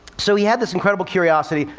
so he had this incredible curiosity.